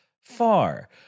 far